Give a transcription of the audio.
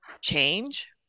change